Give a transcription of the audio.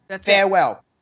Farewell